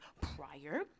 prior